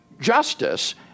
justice